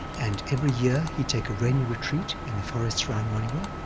and every year he'd take a rain retreat in the forests round monywa,